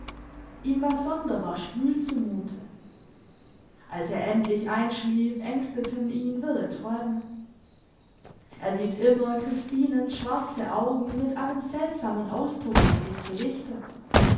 ihm war sonderbar schwül zu mute als er endlich einschlief ängsteten ihn wirre träume er sieht immer christinens schwarze augen mit einem seltsamen ausdruck auf sich gerichtet